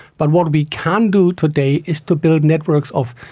but what we can do today is to build networks of,